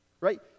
Right